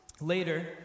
Later